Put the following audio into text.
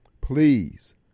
please